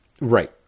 Right